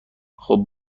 خوب